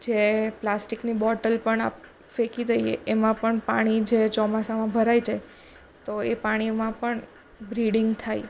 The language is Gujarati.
જે પ્લાસ્ટિકની બોટલ પણ આ ફેંકી દઈએ એમાં પણ પાણી જે ચોમાસામાં ભરાઈ જાય તો એ પાણીમાં પણ બ્રીડિંગ થાય